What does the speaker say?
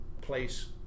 place